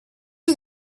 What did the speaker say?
are